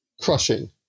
crushing